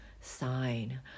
sign